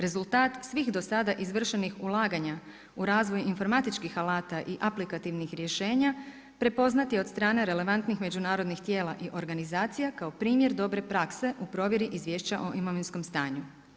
Rezultat svih do sada izvršenih ulaganja u razvoj informatičkih alata i aplikativnih rješenja prepoznat je od strane relevantnih međunarodnih tijela i organizacija kao primjer dobre prakse u provjeri izvješća o imovinskom stanju.